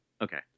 Okay